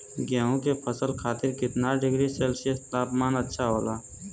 गेहूँ के फसल खातीर कितना डिग्री सेल्सीयस तापमान अच्छा होला?